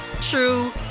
true